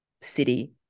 city